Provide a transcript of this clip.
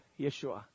Yeshua